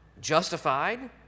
justified